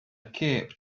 cape